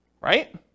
Right